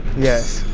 yes.